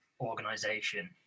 organization